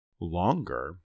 longer